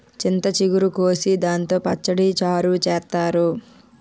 చింత చిగురు కోసి దాంతో పచ్చడి, చారు చేత్తారు